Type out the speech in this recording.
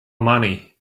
money